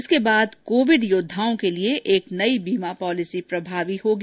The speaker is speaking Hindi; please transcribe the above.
इसके बाद कोविड योद्धाओं के लिए एक नई बीमा पॉलिसी प्रभावी होगी